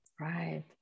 Right